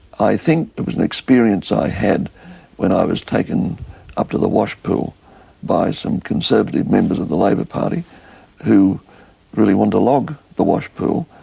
i think it was and experience i had when i was taken up to the washpool by some conservative members of the labor party who really wanted to log the washpool,